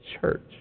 church